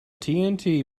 tnt